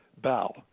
Bow